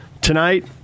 tonight